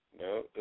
No